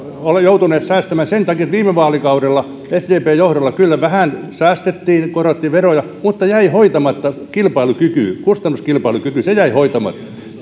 joutuneet säästämään sen takia että viime vaalikaudella sdpn johdolla kyllä vähän säästettiin korotettiin veroja mutta jäi hoitamatta kilpailukyky kustannuskilpailukyky jäi hoitamatta